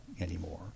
anymore